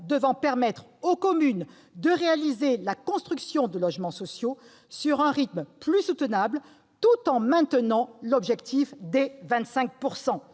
devant permettre aux communes de réaliser la construction de logements sociaux à un rythme plus soutenable tout en maintenant l'objectif de 25 %.